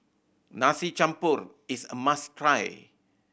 Nasi Campur is a must try